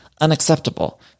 Unacceptable